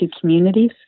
communities